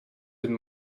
den